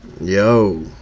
Yo